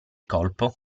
colpo